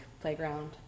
playground